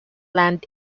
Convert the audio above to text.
land